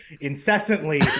incessantly